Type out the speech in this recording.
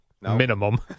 Minimum